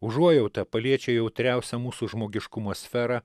užuojauta paliečia jautriausią mūsų žmogiškumo sferą